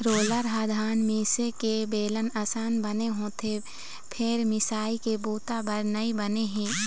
roller ह धान मिंजे के बेलन असन बने होथे फेर मिंजई के बूता बर नइ बने हे